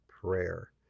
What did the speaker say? prayer